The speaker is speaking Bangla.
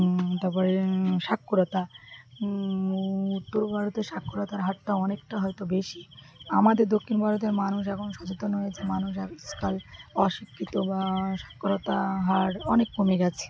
তাপরে সাক্ষরতা উত্তর ভারতের সাক্ষরতার হারটা অনেকটা হয়তো বেশি আমাদের দক্ষিণ ভারতের মানুষ এখন সচেতন হয়েছে মানুষ আষকাল অশিক্ষিত বা সাক্ষরতা হাার অনেক কমে গেছে